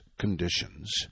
conditions